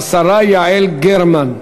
השרה יעל גרמן.